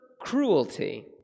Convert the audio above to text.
cruelty